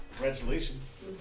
Congratulations